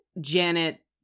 Janet